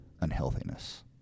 unhealthiness